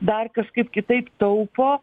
dar kažkaip kitaip taupo